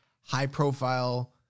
high-profile